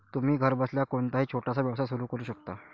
तुम्ही घरबसल्या कोणताही छोटासा व्यवसाय सुरू करू शकता